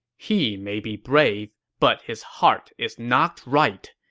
he may be brave, but his heart is not right.